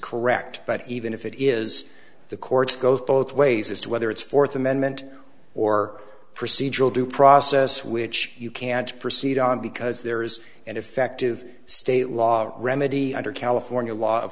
correct but even if it is the courts goes both ways as to whether it's fourth amendment or procedural due process which you can't proceed on because there is an effective state law remedy under california law